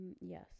Yes